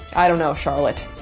i don't know charlotte.